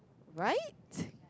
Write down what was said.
right